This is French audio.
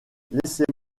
laissez